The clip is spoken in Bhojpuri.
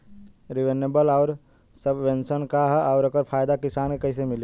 रिन्यूएबल आउर सबवेन्शन का ह आउर एकर फायदा किसान के कइसे मिली?